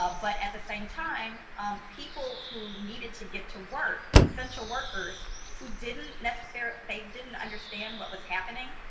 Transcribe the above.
ah but at the same time people who needed to get to work, essential workers who didn't necessarily, they didn't understand what was happening,